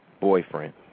boyfriend